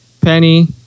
Penny